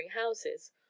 houses